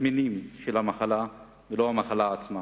התסמינים של המחלה ולא המחלה עצמה,